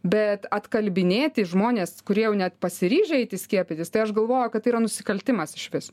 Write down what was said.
bet atkalbinėti žmones kurie jau net pasiryžę eiti skiepytis tai aš galvoju kad tai yra nusikaltimas išvis